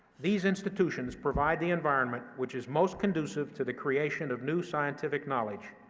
these institutions provide the environment which is most conducive to the creation of new scientific knowledge,